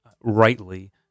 rightly